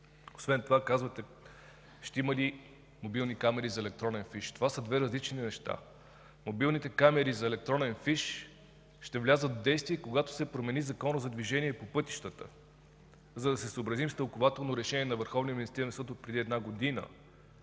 Освен това казвате: ще има ли мобилни камери за електронен фиш? Това са две различни неща. Мобилните камери за електронен фиш ще влязат в действие, когато се промени Законът за движение по пътищата, за да се съобразим с тълкувателно решение на Върховния